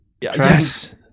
Yes